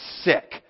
sick